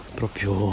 proprio